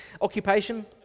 occupation